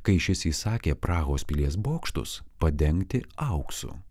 kai šis įsakė prahos pilies bokštus padengti auksu